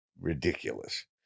ridiculous